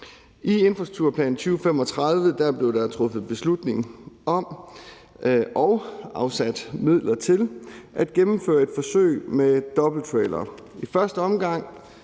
I infrastrukturplanen for 2035 blev der truffet beslutning om og afsat midler til at gennemføre et forsøg med dobbelttrailere,